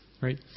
right